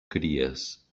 cries